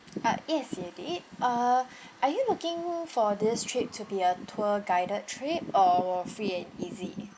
uh yes you did uh are you looking for this trip to be a tour guided trip or free and easy